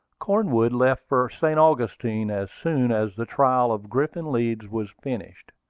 cornwood left for st. augustine as soon as the trial of griffin leeds was finished.